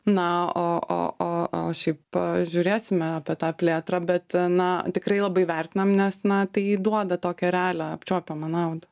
na o o o o šiaip žiūrėsime apie tą plėtrą bet na tikrai labai vertinam nes na tai duoda tokią realią apčiuopiamą naudą